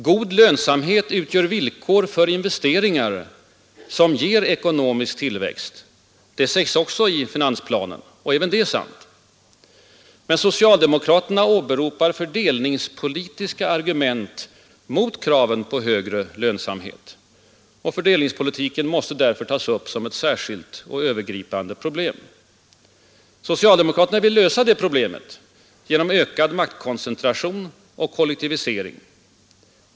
God lönsamhet utgör villkor för investeringar som ger ekonomisk tillväxt. Det sägs också i finansplanen. Även det är sant. Men socialdemokraterna åberopar fördelningspolitiska argument mot kraven på högre lönsamhet. Fördelningspolitiken måste därför tas upp som ett särskilt och övergripande problem. Socialdemokraterna vill lösa det problemet genom ökad maktkoncentration och kollektivisering.